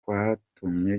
kwatumye